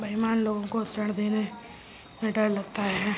बेईमान लोग को ऋण देने में डर लगता है